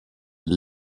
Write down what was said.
elle